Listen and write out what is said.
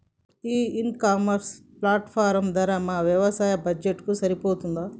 ఈ e commerce platform ధర మా వ్యవసాయ బడ్జెట్ కు సరిపోతుందా?